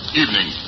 evening